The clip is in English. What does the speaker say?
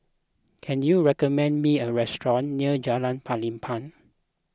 can you recommend me a restaurant near Jalan Pelepah